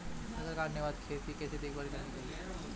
फसल काटने के बाद खेत की कैसे देखभाल करनी चाहिए?